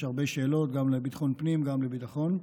יש הרבה שאלות, גם לביטחון פנים, גם לביטחון.